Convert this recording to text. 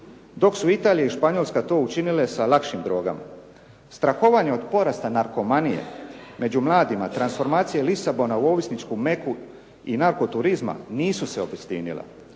dok su Italija i Španjolska to učinile sa lakšim drogama. Strahovanje od porasta narkomanije među mladima, transformacije Lisabona u ovisničku meku i narko-turizma nisu se obistinile.